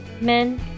Men